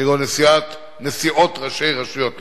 כגון נסיעות ראשי רשויות לחוץ-לארץ,